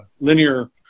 linear